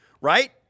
Right